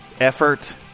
effort